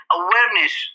awareness